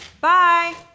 Bye